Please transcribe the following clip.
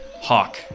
hawk